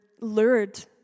lured